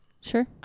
Sure